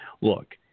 Look